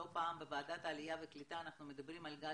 לא פעם בוועדת העלייה והקליטה אנחנו מדברים על גל